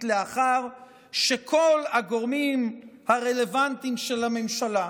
לאחר שכל הגורמים הרלוונטיים של הממשלה,